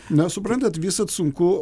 na suprantat visad sunku